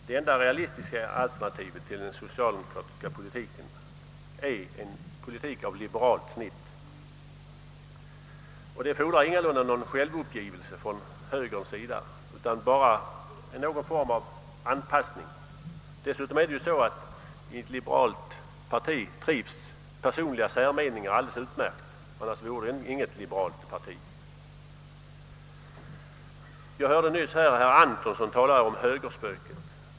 Det enda realistiska alternativet till den socialdemokratiska politiken är en politik av liberalt snitt, och den fordrar ingalunda någon självuppgivelse från högerns sida utan bara någon form av anpassning. Dessutom är det ju så att personliga särmeningar trivs alldeles utmärkt i ett liberalt parti; annars vore det inget liberalt parti. Jag hörde nyss herr Antonsson tala om högerspöket.